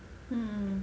mm mm